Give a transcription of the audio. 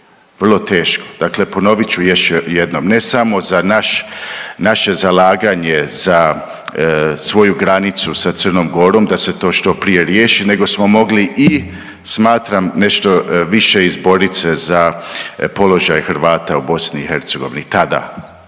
vrlo teško. Dakle, ponovit ću još jednom ne samo za naš, naše zalaganje za svoju granicu sa Crnom Gorom da se to što prije riješi nego smo mogli i smatram nešto više izborit se za položaj Hrvata u BiH. Tada.